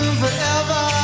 forever